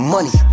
Money